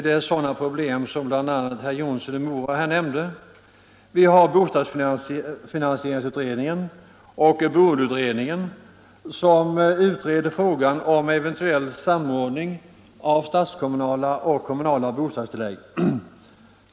Det är sådana problem som bl.a. herr Jonsson i Mora nämnde. Vi har bostadsfinansieringsutredningen och boendeutredningen, som utreder frågan om en eventuell samordning av statskommunala och kommunala bostadstilllägg.